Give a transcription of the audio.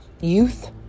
youth